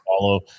follow